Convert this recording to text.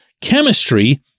chemistry